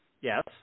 Yes